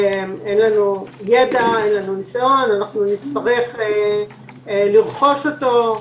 אין לנו ידע, אין לנו ניסיון, נצטרך לרכוש אותו.